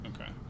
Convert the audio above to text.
Okay